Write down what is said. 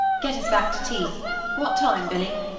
get us back to tea what time, billy?